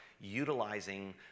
utilizing